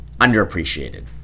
underappreciated